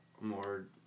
more